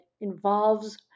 involves